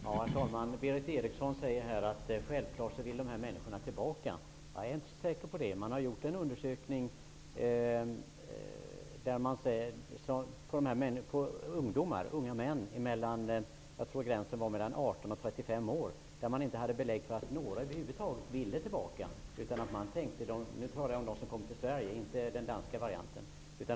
Herr talman! Berith Eriksson säger att dessa människor självfallet vill tillbaka. Jag är inte så säker på det. Man har gjort en undersökning bland unga män mellan 18 och 35 år där man inte fick belägg för att några över huvud taget ville tillbaka. Jag talar då om dem som kommit till Sverige -- inte till Danmark.